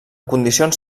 condicions